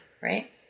right